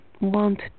want